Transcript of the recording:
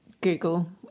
Google